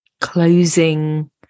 closing